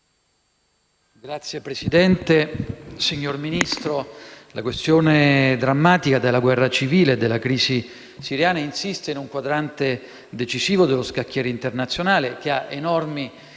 *(PD)*. Signor Ministro, la questione drammatica della guerra civile e della crisi siriana insiste in un quadrante decisivo dello scacchiere internazionale che ha enormi